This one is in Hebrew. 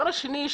הדבר השני,